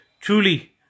truly